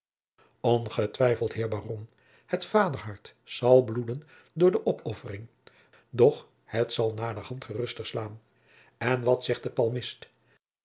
ongetwijfeld heer baron het vaderhart zal bloeden door de opoffering doch het zal naderhand geruster slaan en wat zegt de psalmist